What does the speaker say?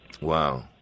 wow